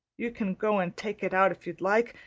you can go and take it out if you like.